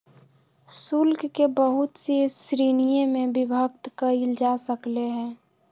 शुल्क के बहुत सी श्रीणिय में विभक्त कइल जा सकले है